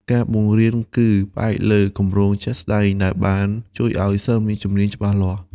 ការបង្រៀនគឺផ្អែកលើ គម្រោងជាក់ស្តែង ដែលបានជួយឱ្យសិស្សមានជំនាញច្បាស់លាស់។